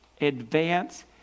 advance